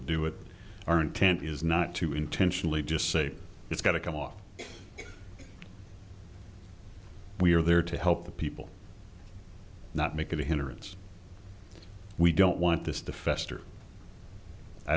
to do it our intent is not to intentionally just say it's got to come off we are there to help the people not make it a hinderance we don't want this to fester i